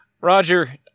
Roger